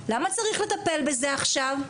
למה צריך לטפל בזה עכשיו?